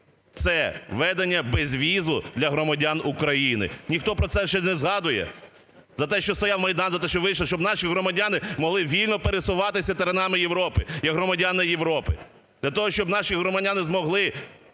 це введення безвізу для громадян України. Ніхто про це ще не згадує. За те, що стояв Майдан, за те, що вийшли, щоб наші громадяни могли вільно пересуватися теренами Європи як громадяни Європи для того, щоб наші громадяни змогли